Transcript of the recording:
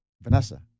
Vanessa